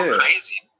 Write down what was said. crazy